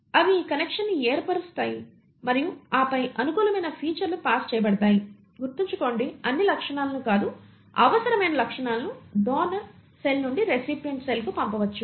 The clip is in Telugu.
అవి ఈ కనెక్షన్ని ఏర్పరుస్తాయి మరియు ఆపై అనుకూలమైన ఫీచర్లు పాస్ చేయబడతాయి గుర్తుంచుకోండి అన్ని లక్షణాలను కాదు అవసరమైన లక్షణాలను డోనార్ సెల్ నుండి రెసిపిఎంట్ సెల్కు పంపవచ్చు